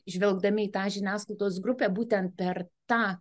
žvelgdami į tą žiniasklaidos grupę būtent per tą